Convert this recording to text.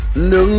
no